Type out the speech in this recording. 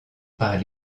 par